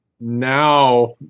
now